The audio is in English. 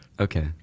okay